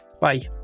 bye